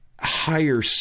higher